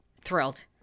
thrilled